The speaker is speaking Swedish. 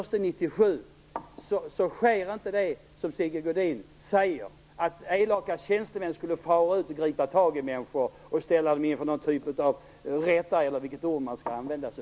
Sigge Godin säger att elaka tjänstemän kommer att fara ut och gripa tag i människor och ställa dem inför rätta den 1 januari 1997. Det sker inte.